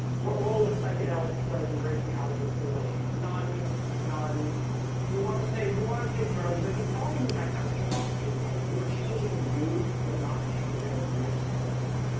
what role does psychedelics play in breaking out of the simulation none none you want to take you want to take drugs there the problem with that kind of stuff is like you're changing you you're not changing the external world.